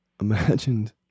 imagined